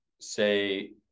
say